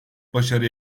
başarı